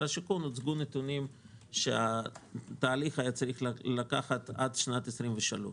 הבינוי והשיכון הוצגו נתונים שהתהליך היה צריך לקחת עד שנת 2023,